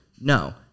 No